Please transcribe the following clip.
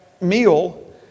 meal